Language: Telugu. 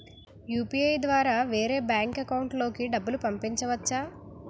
యు.పి.ఐ ద్వారా వేరే బ్యాంక్ అకౌంట్ లోకి డబ్బులు పంపించవచ్చా?